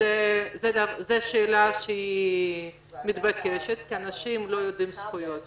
זו שאלה מתבקשת כי אנשים לא יודעים את הזכויות שלהם.